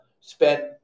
spent